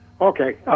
Okay